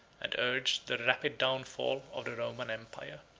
and urged the rapid downfall of the roman empire.